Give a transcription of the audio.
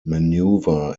maneuver